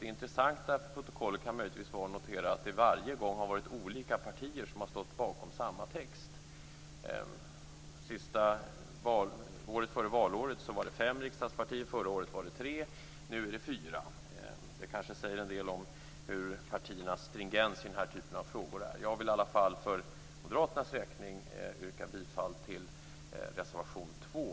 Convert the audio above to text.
Det intressanta för protokollet kan möjligtvis vara att notera att det varje gång har varit olika partier som stått bakom samma text. Året före valåret gällde det fem riksdagspartier, förra året tre och nu fyra. Kanske säger det en del om partiernas stringens i den typen av frågor. För Moderaternas räkning yrkar jag bifall till reservation 2.